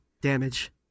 damage